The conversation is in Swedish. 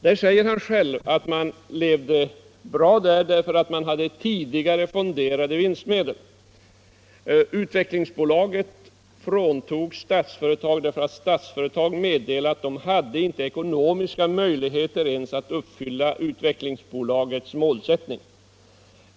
Han ansåg själv att man levde bra i det företaget, eftersom man hade sedan tidigare fonderade vinstmedel. Utvecklingsbolaget fråntogs Statsföretag därför att Statsföretag meddelade att det inte ens hade ekonomiska möjligheter att uppfylla Utvecklingsbolagets målsättning.